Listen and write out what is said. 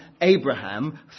Abraham